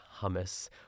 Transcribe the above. hummus